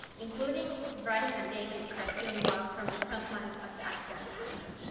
including writing a daily cartoon blog from the front lines of the afghan conflict.